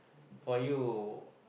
for you